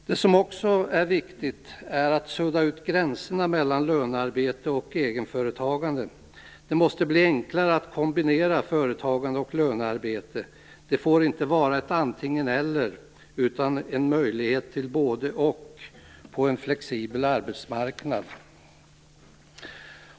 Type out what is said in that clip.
Det är också viktigt att sudda ut gränserna mellan lönearbete och egenföretagande. Det måste bli enklare att kombinera företagande och lönearbete. Det får inte vara ett antingen och på en flexibel arbetsmarknad.